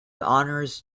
honors